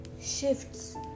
shifts